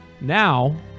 now